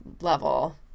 level